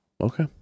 okay